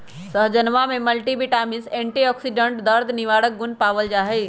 सहजनवा में multivitamins antioxidant और दर्द निवारक गुण पावल जाहई